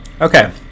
okay